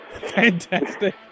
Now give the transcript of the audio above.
Fantastic